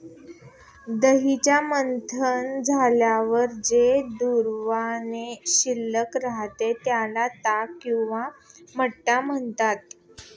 दह्याचे मंथन झाल्यावर जे द्रावण शिल्लक राहते, त्याला ताक किंवा मठ्ठा म्हणतात